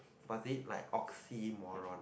was it like oxymoron